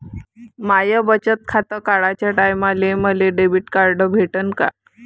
माय बचत खातं काढाच्या टायमाले मले डेबिट कार्ड भेटन का?